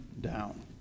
down